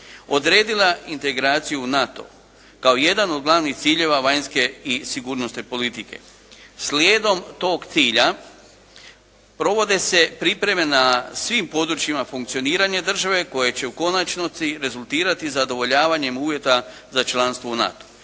odredila integraciju NATO kao jedan od glavnih ciljeva vanjske i sigurnosne politike. Slijedom tog cilja provode se pripreme na svim područjima funkcioniranja države koje će u konačnici rezultirati zadovoljavanjem uvjeta za članstvo u NATO-u.